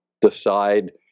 decide